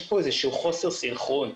יש פה חוסר סינכרון.